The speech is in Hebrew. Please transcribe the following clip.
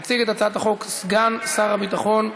יציג את הצעת החוק סגן שר הביטחון,